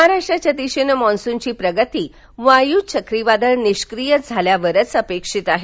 महाराष्ट्राच्या दिशेनं मान्सूनची प्रगती वायू चक्रीवादळ निष्क्रीय झाल्यावरच अपेक्षित आहे